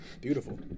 Beautiful